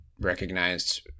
recognized